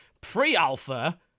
Pre-alpha